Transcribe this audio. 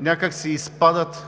някак си изпадат